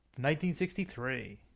1963